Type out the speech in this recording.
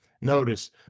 Notice